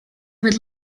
would